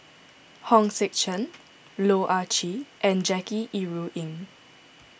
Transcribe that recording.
Hong Sek Chern Loh Ah Chee and Jackie Yi Ru Ying